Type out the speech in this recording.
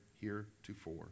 heretofore